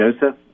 Joseph